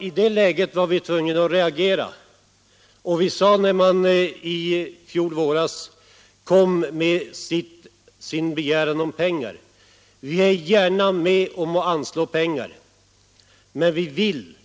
I det läget måste vi naturligtvis reagera. När regeringen i fjol vår kom med sin begäran om pengar för ny projektering av stålverket sade vi: Vi är gärna med på att anslå pengar, men vi vill